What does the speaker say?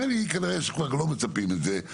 ממני כנראה שכבר לא מצפים את זה,